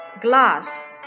glass